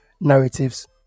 narratives